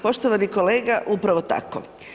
Poštovani kolega, upravo tako.